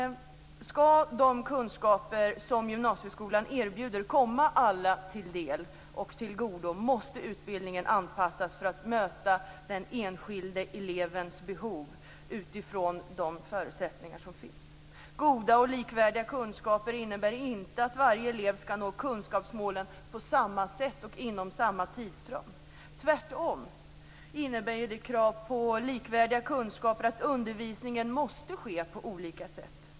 För att de kunskaper som gymnasieskolan erbjuder skall komma alla till del och komma alla till godo måste utbildningen anpassas för att möta den enskilde elevens behov utifrån de förutsättningar som finns. Goda och likvärdiga kunskaper innebär inte att varje elev skall nå kunskapsmålen på samma sätt och inom samma tidsram. Tvärtom innebär krav på likvärdiga kunskaper att undervisningen måste ske på olika sätt.